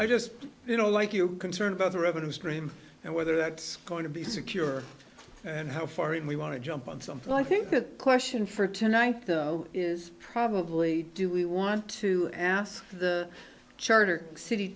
i just you know like you concern about the revenue stream and whether that's going to be secure and how far in we want to jump on something i think the question for tonight is probably do we want to ask the charter city